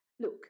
Look